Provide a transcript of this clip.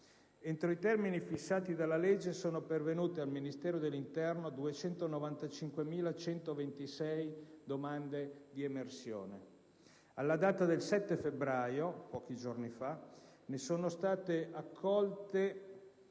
Entro i termini fissati dalla legge, sono pervenute al Ministero dell'interno 295.126 domande di emersione. Alla data del 7 febbraio scorso, ne sono state accolte